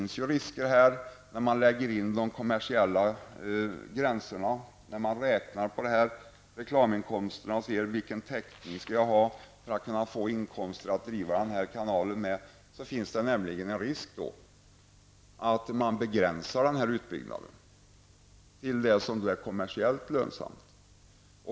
När man lägger in de kommersiella gränserna och räknar på detta -- reklaminkomster och vilken täckning man skall ha för att kunna få inkomster att driva kanalen med -- finns det en risk för att man begränsar denna utbyggnad till det som är kommersiellt lönsamt.